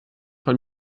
von